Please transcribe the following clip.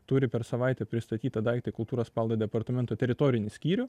turi per savaitę pristatyt tą daiktą į kultūros paveldo departamento teritorinį skyrių